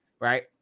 right